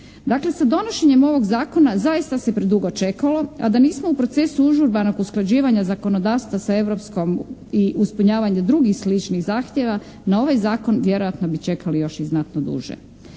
Dakle, sa donošenjem ovog zakona zaista se predugo čekalo, a da nismo u procesu užurbanog usklađivanja zakonodavstva sa Europskom i ispunjavanje drugih sličnih zahtjeva na ovaj zakon vjerojatno bi čekali još i znatno duže.